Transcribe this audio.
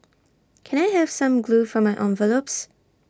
can I have some glue for my envelopes